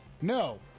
No